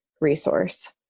resource